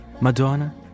Madonna